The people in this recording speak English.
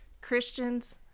christians